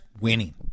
Winning